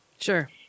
Sure